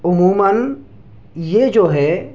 عموماً یہ جو ہے